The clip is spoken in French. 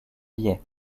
biais